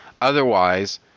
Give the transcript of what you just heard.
otherwise